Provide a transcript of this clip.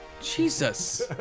Jesus